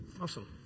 Awesome